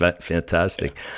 fantastic